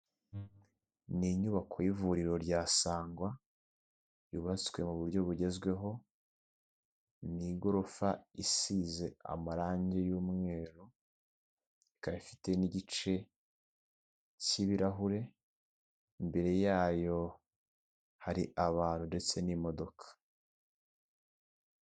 Ni inyubako y'ivuriro rya Sangwa yubatswe mu buryo bugezweho, ni igorofa isize amarange y'umweru, ikaba ifite n'igice cy'ibirahure imbere yayo hari abantu ndetse n'imodoka.